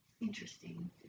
interesting